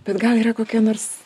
bet gal yra kokia nors